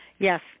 Yes